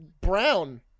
brown